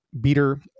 Beater